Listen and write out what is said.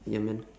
ya man